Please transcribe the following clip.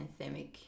anthemic